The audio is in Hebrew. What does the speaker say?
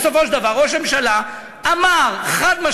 בסופו של דבר ראש הממשלה אמר חד-משמעית,